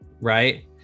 right